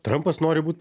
trampas nori būt